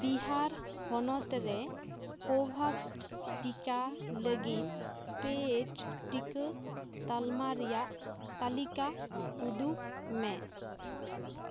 ᱵᱤᱦᱟᱨ ᱦᱚᱱᱚᱛ ᱨᱮ ᱠᱳᱵᱷᱚᱥᱴ ᱴᱤᱠᱟ ᱞᱟᱹᱜᱤᱫ ᱯᱮᱹᱰ ᱴᱤᱠᱟᱹ ᱛᱟᱞᱢᱟ ᱨᱮᱭᱟᱜ ᱛᱟᱹᱞᱤᱠᱟ ᱩᱫᱩᱜ ᱢᱮ